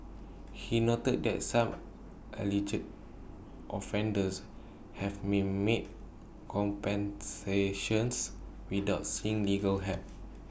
he noted that some alleged offenders have may made compensations without seeking legal help